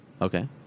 Okay